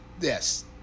Yes